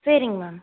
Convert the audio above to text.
சரிங்க மேம்